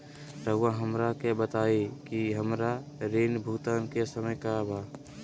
रहुआ हमरा के बताइं कि हमरा ऋण भुगतान के समय का बा?